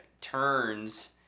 turns